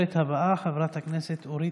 חברת הכנסת אורלי